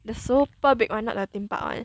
the super big [one] not the theme park [one]